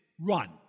Run